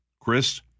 Chris